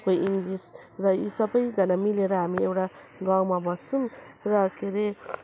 कोही इङ्लिस र यी सबैजना मिलेर हामी एउटा गाउँमा बस्छौँ र के रे